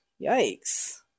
Yikes